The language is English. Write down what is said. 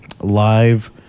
live